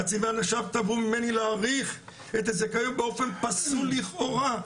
קצין ואנשיו תבעו ממני להאריך את הזיכיון באופן פסול לכאורה,